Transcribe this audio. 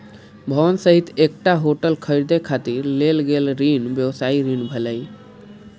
भवन सहित एकटा होटल खरीदै खातिर लेल गेल ऋण व्यवसायी ऋण भेलै